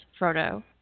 Frodo